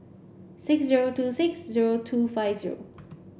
six zero two six zero two five zero